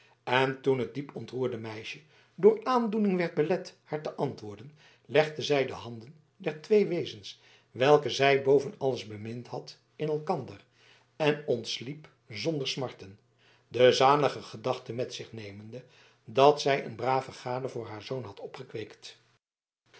en toen het diep ontroerde meisje door aandoening werd belet haar te antwoorden legde zij de handen der twee wezens welke zij boven alles bemind had in elkander en ontsliep zonder smarten de zalige gedachte met zich nemende dat zij een brave gade voor haar zoon had